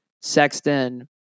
Sexton